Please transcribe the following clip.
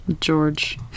George